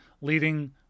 leading